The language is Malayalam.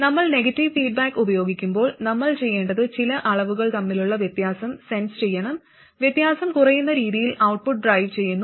നമ്മൾ നെഗറ്റീവ് ഫീഡ്ബാക്ക് ഉപയോഗിക്കുമ്പോൾ നമ്മൾ ചെയ്യേണ്ടത് ചില അളവുകൾ തമ്മിലുള്ള വ്യത്യാസം സെൻസ് ചെയ്യണം വ്യത്യാസം കുറയുന്ന രീതിയിൽ ഔട്ട്പുട്ട് ഡ്രൈവ് ചെയ്യുന്നു